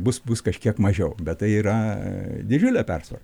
bus bus kažkiek mažiau bet tai yra didžiulė persvara